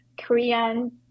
Korean